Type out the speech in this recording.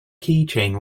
keychain